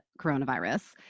coronavirus